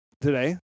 today